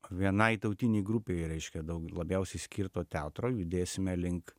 vienai tautinei grupei reiškia daug labiausiai skirto teatro judėsime link